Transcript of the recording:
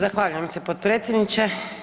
Zahvaljujem se potpredsjedniče.